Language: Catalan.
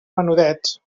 menudets